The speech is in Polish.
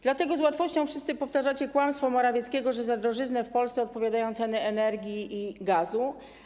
Dlatego z łatwością wszyscy powtarzacie kłamstwo Morawieckiego, że za drożyznę w Polsce odpowiadają ceny energii i gazu.